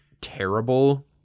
terrible